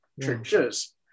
churches